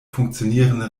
funktionierende